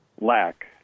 lack